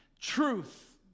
Truth